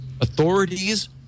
authorities